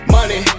Money